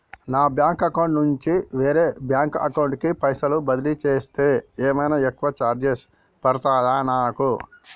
నా bank account నుండి వేరే బ్యాంక్ అకౌంట్ కి పైసల్ బదిలీ చేస్తే ఏమైనా ఎక్కువ చార్జెస్ పడ్తయా నాకు?